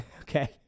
Okay